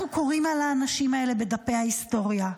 אנחנו קוראים על האנשים האלה בדפי ההיסטוריה,